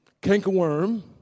cankerworm